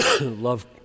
love